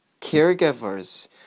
caregivers